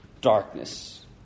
Darkness